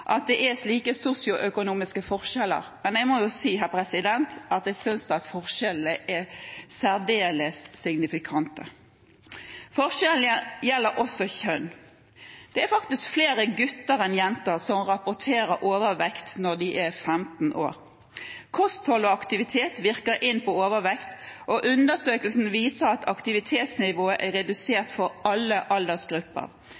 at det er slike sosioøkonomiske forskjeller, men jeg må jo si at jeg synes at forskjellene er særdeles signifikante. Forskjellene gjelder også kjønn. Det er faktisk flere gutter enn jenter som rapporterer overvekt når de er 15 år. Kosthold og aktivitet virker inn på overvekt, og undersøkelsen viser at aktivitetsnivået er redusert for alle aldersgrupper.